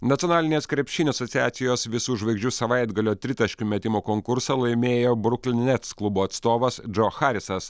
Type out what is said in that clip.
nacionalinės krepšinio asociacijos visų žvaigždžių savaitgalio tritaškių metimų konkursą laimėjo bruklino nets klubo atstovas džo harisas